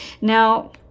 Now